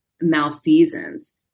malfeasance